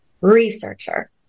researcher